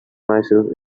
myself